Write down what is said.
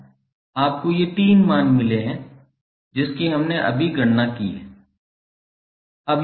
आपको ये 3 मान मिले हैं जिसकी हमने अभी गणना की है